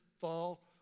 fall